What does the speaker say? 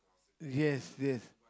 yes yes